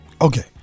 Okay